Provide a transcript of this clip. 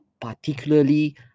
particularly